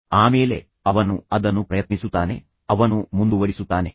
ಆಮೇಲೆ ಅವನು ಅದನ್ನು ಪ್ರಯತ್ನಿಸುತ್ತಾನೆ ಅವನು ಮುಂದುವರಿಸುತ್ತಾನೆ